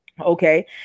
Okay